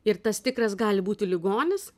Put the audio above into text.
ir tas tikras gali būti ligonis